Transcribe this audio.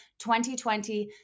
2020